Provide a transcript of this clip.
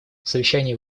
совещание